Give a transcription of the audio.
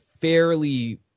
fairly